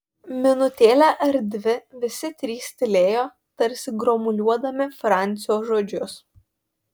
minutėlę ar dvi visi trys tylėjo tarsi gromuliuodami francio žodžius